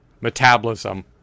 metabolism